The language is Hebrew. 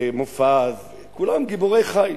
מופז, כולם גיבורי חיל.